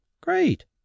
Great